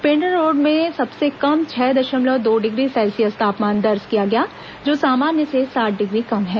Pendra road में सबसे कम छह दशमलव दो डिग्री सेल्सियस तापमान दर्ज किया गया जो सामान्य से सात डिग्री कम है